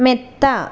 മെത്ത